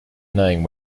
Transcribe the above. knowing